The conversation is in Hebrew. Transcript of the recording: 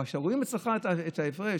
אבל כשרואים אצלך את ההפרש,